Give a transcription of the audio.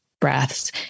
breaths